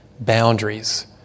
boundaries